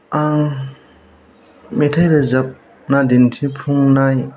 आं मेथाइ रोजाबना दिन्थिफुंनाय